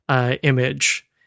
image